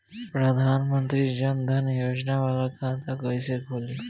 प्रधान मंत्री जन धन योजना वाला खाता कईसे खुली?